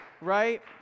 Right